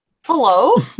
Hello